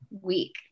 week